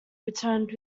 returned